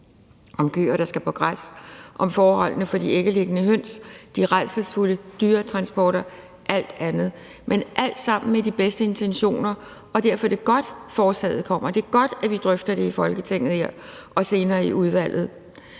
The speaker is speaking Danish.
om køer, der skal på græs, om forholdene for de æglæggende høns, de rædselsfulde dyretransporter og alt det andet, men det er alt sammen med de bedste intentioner. Derfor er det godt, forslaget kommer. Det er godt, at vi drøfter det i Folketinget her og senere i udvalget.